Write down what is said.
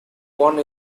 one